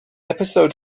episode